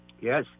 Yes